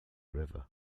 river